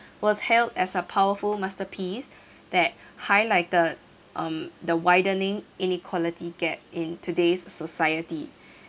was held as a powerful masterpiece that highlighted um the widening inequality gap in today's society